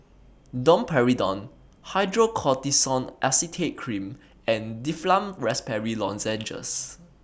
Domperidone Hydrocortisone Acetate Cream and Difflam Raspberry Lozenges